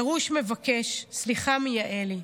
דרוש מבקש סליחה מיעלי,